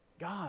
God